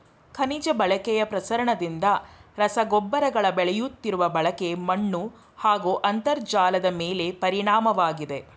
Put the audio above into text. ಖನಿಜ ಬಳಕೆಯ ಪ್ರಸರಣದಿಂದ ರಸಗೊಬ್ಬರಗಳ ಬೆಳೆಯುತ್ತಿರುವ ಬಳಕೆ ಮಣ್ಣುಹಾಗೂ ಅಂತರ್ಜಲದಮೇಲೆ ಪರಿಣಾಮವಾಗಿದೆ